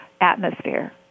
atmosphere